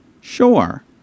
Sure